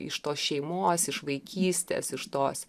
iš tos šeimos iš vaikystės iš tos